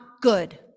good